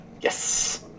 Yes